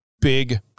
big